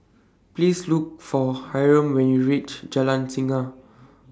Please Look For Hyrum when YOU REACH Jalan Singa